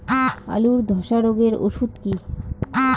আলুর ধসা রোগের ওষুধ কি?